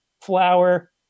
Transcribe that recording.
flour